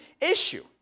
issue